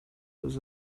was